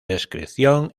descripción